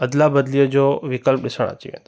अदला बदलीअ जो विकल्प ॾिसणु अची वेंदो